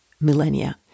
millennia